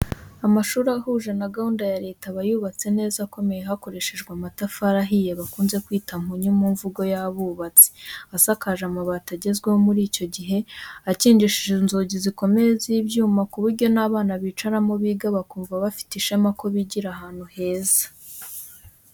Amashuri ahuje na gahunda ya leta, aba yubatse neza akomeye hakoreshejwe amatafari ahiye, bakunze kwita mpunyu mu mvugo y'abubatsi, asakaje amabati agezweho muri icyo gihe, akingishije inzugi zikomeye z'ibyuma, ku buryo n'abana bicaramo biga bakumva bafite ishema ko bigira ahantu heza.